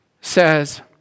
says